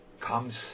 comes